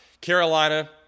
Carolina